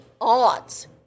odds